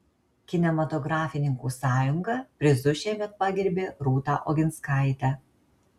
kinematografininkų sąjunga prizu šiemet pagerbė rūta oginskaitę